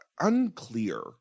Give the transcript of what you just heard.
unclear